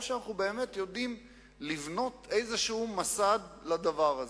או שאנחנו באמת יודעים לבנות מסד כלשהו לדבר הזה.